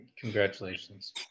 Congratulations